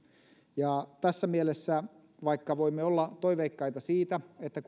tässä mielessä vaikka voimme olla toiveikkaita siitä että